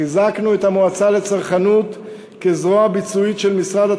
חיזקנו את המועצה לצרכנות כזרוע ביצועית של משרד התמ"ת,